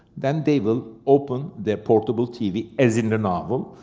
then they will open their portable tv, as in the novel.